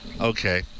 Okay